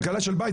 כלכלה של בית,